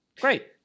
Great